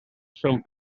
són